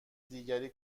دیگری